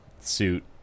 suit